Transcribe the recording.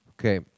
Okay